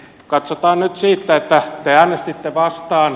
katsotaan nyt sitä että te äänestitte vastaan